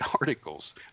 articles